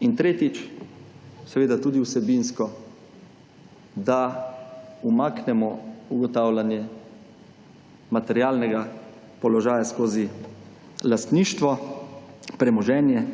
in tretjič, seveda tudi vsebinsko, da umaknemo ugotavljanje materialnega položaja skozi lastništvo, premoženje,